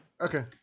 Okay